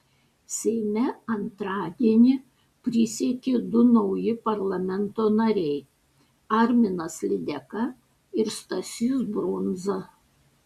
seime antradienį prisiekė du nauji parlamento nariai arminas lydeka ir stasys brundza